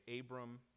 Abram